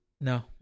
No